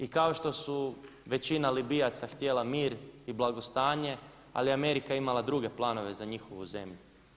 I kao što su većina Libijaca htjela mir i blagostanje, ali Amerika je imala druge planove za njihovu zemlju.